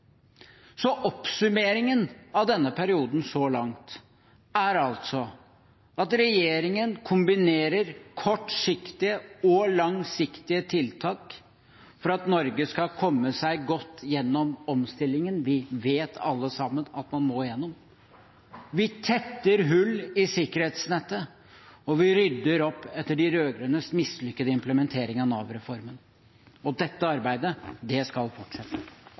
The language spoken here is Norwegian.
Oppsummeringen av denne perioden så langt er altså at regjeringen kombinerer kortsiktige og langsiktige tiltak for at Norge skal komme seg godt gjennom omstillingen vi alle sammen vet at man må gjennom. Vi tetter hull i sikkerhetsnettet, og vi rydder opp etter de rød-grønnes mislykkede implementering av Nav-reformen. Dette arbeidet skal fortsette.